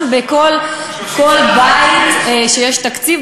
גם בכל בית שיש בו תקציב,